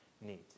need